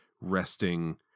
resting